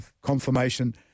confirmation